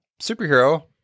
superhero